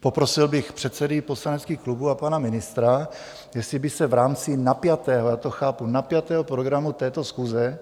Poprosil bych předsedy poslaneckých klubů a pana ministra, jestli by se v rámci napjatého, já to chápu, napjatého programu této schůze